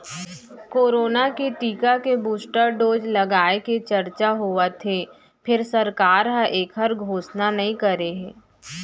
corona के टीका के बूस्टर डोज लगाए के चरचा होवत हे फेर सरकार ह एखर घोसना नइ करे हे